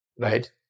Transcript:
Right